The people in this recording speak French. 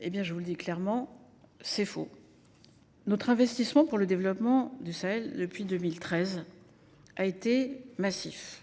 Je vous le dis clairement : c’est faux ! Notre investissement pour le développement du Sahel depuis 2013 a été massif.